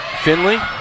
Finley